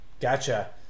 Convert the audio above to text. gotcha